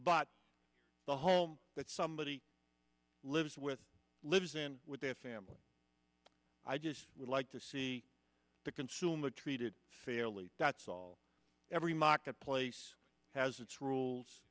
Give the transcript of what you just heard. bought the home that somebody lives with lives in with their family i just would like to see the consumer treated fairly that's all every marketplace has its rules